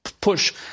push